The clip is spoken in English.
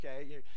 okay